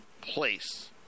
place